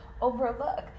overlook